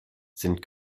sind